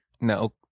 No